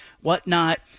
whatnot